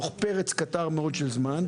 בתוך פרק קצר מאוד של זמן,